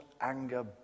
anger